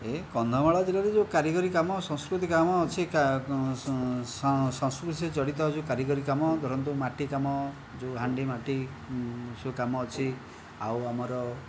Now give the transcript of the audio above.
ଏ କନ୍ଧମାଳ ଜିଲ୍ଲାରେ ଯେଉଁ କାରିଗରୀ କାମ ସଂସ୍କୃତି କାମ ଅଛି ସଂସ୍କୃତିରେ ଜଡ଼ିତ ଯେଉଁ କାରିଗରୀ କାମ ଧରନ୍ତୁ ମାଟି କାମ ଯେଉଁ ହାଣ୍ଡି ମାଟି ସବୁ କାମ ଅଛି ଆଉ ଆମର